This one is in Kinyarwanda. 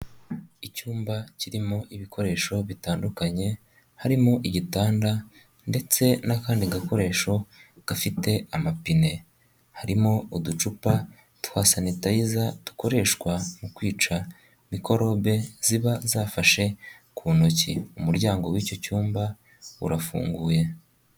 Icyumba kirimo ibikoresho bitandukanye, harimo igitanda, ndetse n'akandi gakoresho gafite amapine, harimo uducupa twa sanitayiza, dukoreshwa mu kwica mikorobe ziba zafashe ku ntoki, umuryango w'icyo cyumba urafunguye.